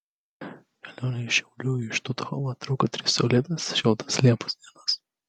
kelionė iš šiaulių į štuthofą truko tris saulėtas šiltas liepos dienas